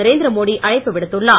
நரேந்திர மோடி அழைப்பு விடுத்துள்ளார்